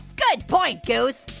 good point goose.